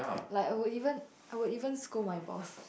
like I would even I would even scold my boss